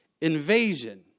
invasion